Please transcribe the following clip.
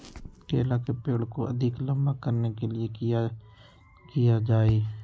केला के पेड़ को अधिक लंबा करने के लिए किया किया जाए?